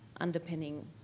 underpinning